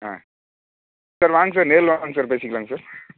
ஆ sir வாங்க sir நேரில் வாங்க சார் பேசிக்கலாங்க சார்